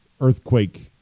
earthquake